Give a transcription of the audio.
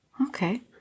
Okay